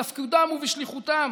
בתפקודם ובשליחותם: